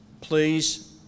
Please